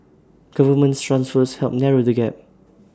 government transfers help narrow the gap